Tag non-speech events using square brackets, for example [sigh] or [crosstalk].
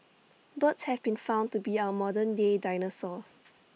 birds have been found to be our modern day dinosaurs [noise]